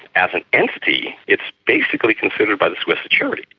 as an entity it's basically considered by the swiss a charity,